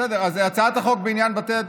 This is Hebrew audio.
תשובה והצבעה במועד אחר.